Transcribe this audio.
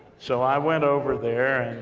so i went over there,